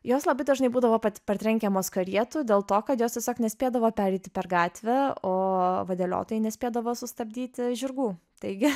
jos labai dažnai būdavo partrenkiamas karietų dėl to kad jos tiesiog nespėdavo pereiti per gatvę o vadeliotojai nespėdavo sustabdyti žirgų taigi